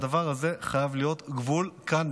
הדבר הזה חייב להיות גבול כאן,